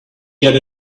get